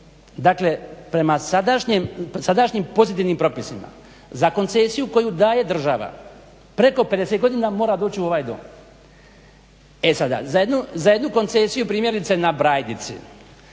Dakle, prema sadašnjim pozitivnim propisima za koncesiju koju daje država preko 50 godina mora doći u ovaj Dom. E sada, za jednu koncesiju primjerice na Brajdici